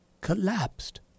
collapsed